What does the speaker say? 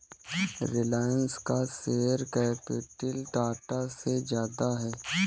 रिलायंस का share capital Tata से ज्यादा है